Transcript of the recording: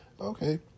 okay